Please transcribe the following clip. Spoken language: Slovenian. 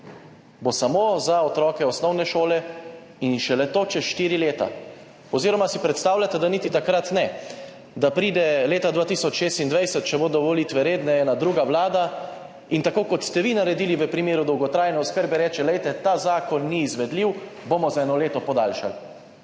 bo samo za otroke osnovne šole, in še to šele čez štiri leta. Oziroma, ali si predstavljate, da niti takrat ne, da pride leta 2026, če bodo volitve redne, neka druga vlada in tako, kot ste vi naredili v primeru dolgotrajne oskrbe, reče, glejte, ta zakon ni izvedljiv, bomo za eno leto podaljšali.